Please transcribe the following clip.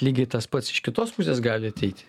lygiai tas pats iš kitos pusės gali ateiti